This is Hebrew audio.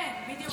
כן, בדיוק.